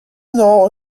now